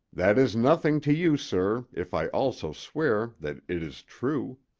that is nothing to you, sir, if i also swear that it is true.